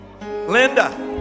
Linda